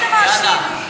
תם הזמן מזמן.